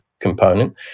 component